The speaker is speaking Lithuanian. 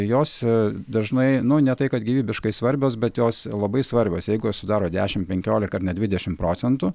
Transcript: jos dažnai nu ne tai kad gyvybiškai svarbios bet jos labai svarbios jeigu jos sudaro dešimt penkiolika ar net dvidešimt procentų